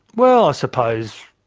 well, i suppose,